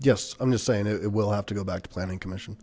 yes i'm just saying it will have to go back to planning commission